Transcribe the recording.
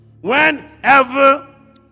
Whenever